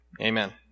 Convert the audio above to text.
Amen